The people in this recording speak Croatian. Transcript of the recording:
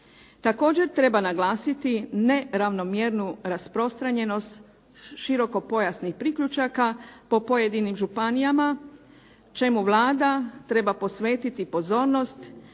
Također treba naglasiti neravnomjernu rasprostranjenost širokopojasnih priključaka po pojedinim županijama, čemu Vlada treba posvetiti pozornost